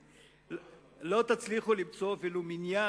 לא תצליחו למצוא ולו מניין,